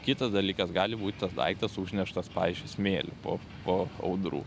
kitas dalykas gali būt tas daiktas užneštas pavyzdžiui smėliu po o audrų